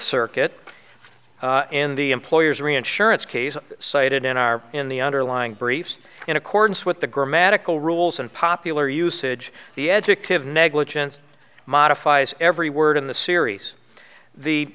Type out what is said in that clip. circuit in the employer's reinsurance case cited in our in the underlying briefs in accordance with the grammatical rules and popular usage the adjective negligent modifies every word in the series